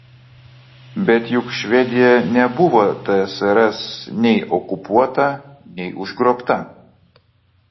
bet juk švedija nebuvo tsrs nei okupuota nei užgrobta